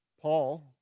Paul